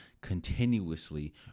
continuously